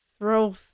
throw